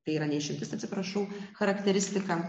tai yra ne išimtis atsiprašau charakteristika